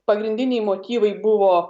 pagrindiniai motyvai buvo